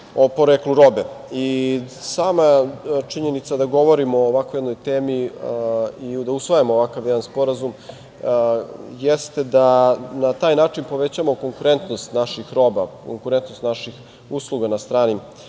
o poreklu robe. Sama činjenica da govorimo o ovako jednoj temi i da usvajamo ovakav jedan sporazum jeste da na taj način povećavamo konkurentnost naših roba, konkurentnost naših usluga na stranim